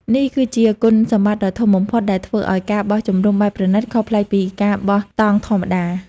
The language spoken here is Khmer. នេះគឺជាគុណសម្បត្តិដ៏ធំបំផុតដែលធ្វើឲ្យ ការបោះជំរំបែបប្រណីត ខុសប្លែកពីការបោះតង់ធម្មតា។